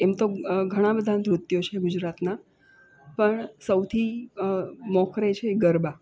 એમ તો ઘણાં બધાં નૃત્યો છે ગુજરાતના પણ સૌથી મોખરે છે ગરબા